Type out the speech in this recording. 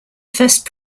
first